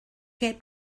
què